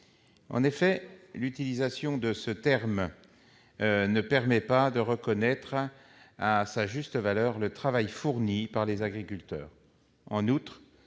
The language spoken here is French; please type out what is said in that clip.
En effet, l'utilisation de ce terme ne permet pas de reconnaître à sa juste valeur le travail fourni par les agriculteurs.